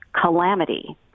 calamity